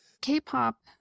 k-pop